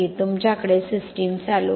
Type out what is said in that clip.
तुमच्याकडे सिस्टम चालू आहे